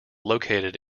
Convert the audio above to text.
located